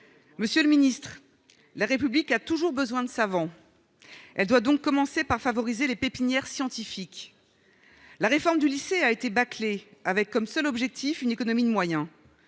monsieur le Ministre, la République a toujours besoin de savon, elle doit donc commencer par favoriser les pépinières scientifique : la réforme du lycée a été bâclé avec comme seul objectif, une économie de moyens,